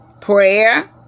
Prayer